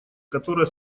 которая